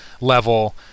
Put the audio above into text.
level